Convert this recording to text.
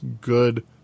good